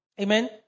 Amen